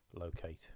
locate